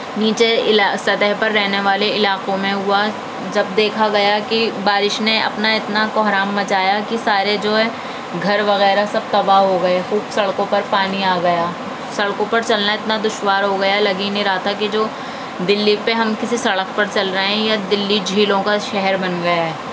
نیچے علا سطح پر رہنے والے علاقوں میں ہوا جب دیکھا گیا کہ بارش نے اپنا اتنا کہرام مچایا کہ سارے جو ہے گھر وغیرہ سب تباہ ہو گئے خوب سڑکوں پر پانی آ گیا سڑکوں پر چلنا اتنا دشوار ہو گیا لگی نہیں رہا تھا جو دلی پہ ہم کسی سڑک پر چل رہے ہیں یا دلی جھیلوں کا شہر بن گیا ہے